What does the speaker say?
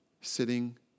sitting